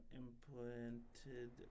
implanted